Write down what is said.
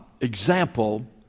example